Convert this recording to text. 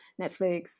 Netflix